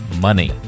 money